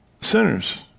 sinners